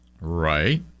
Right